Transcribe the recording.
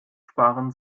sparen